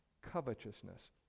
covetousness